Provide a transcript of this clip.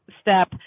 step